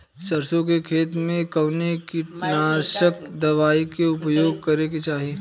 सरसों के खेत में कवने कीटनाशक दवाई क उपयोग करे के चाही?